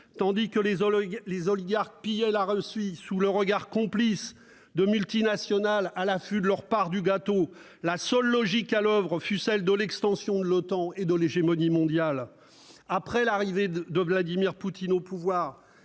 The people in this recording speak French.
Tandis que les oligarques pillaient la Russie sous le regard complice de multinationales à l'affût de leur part du gâteau, la seule logique à l'oeuvre fut celle de l'extension de l'OTAN et de l'hégémonie mondiale. Après l'arrivée de Vladimir Poutine au pouvoir,